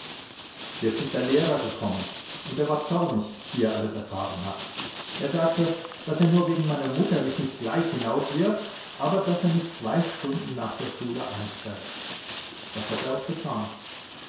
jetzt ist der lehrer gekommen und er war zornig wie er alles erfahren hat er sagte daß er nur wegen meiner mutter mich nicht gleich hinauswirft aber daß er mich zwei stunden nach der schule einsperrt das hat er auch getan